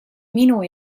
minu